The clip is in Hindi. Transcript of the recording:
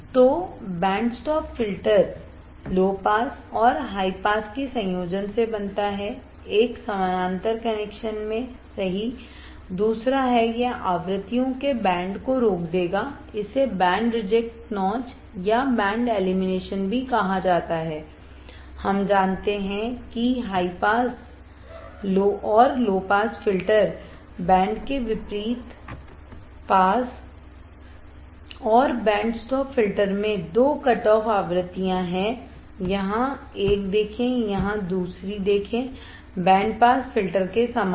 तो band stop filter low pass और हाई पास के संयोजन से बनता है एक समानांतर कनेक्शन में सही दूसरा है यह आवृत्तियों के बैंड को रोक देगा इसे बैंड रिजेक्ट नॉच या बैंड एलिमिनेशन भी कहा जाता है हम जानते हैं कि हाई पास और लो पास फिल्टर बैंड के विपरीत पास और बैंड स्टॉप फ़िल्टर में दो कटऑफ आवृत्तियाँ हैं यहाँ 1 देखें यहाँ 2 देखेंबैंड पास फ़िल्टर के समान